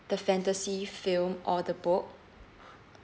the fantasy film or the book